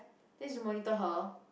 then it's to monitor her